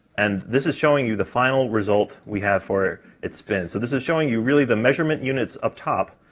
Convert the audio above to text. and this is showing you the final result we have for its spin. so this is showing you really the measurement units up top,